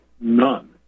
none